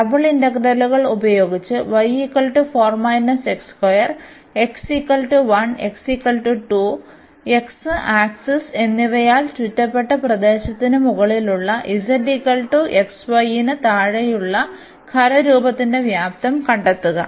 double ഇന്റഗ്രലുകൾ ഉപയോഗിച്ച് x axis എന്നിവയാൽ ചുറ്റപ്പെട്ട പ്രദേശത്തിന് മുകളിലുള്ള z xy ന് താഴെയുള്ള ഖരരൂപത്തിന്റെ വ്യാപ്തം കണ്ടെത്തുക